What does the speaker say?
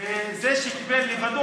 וזה שקיבל לבדו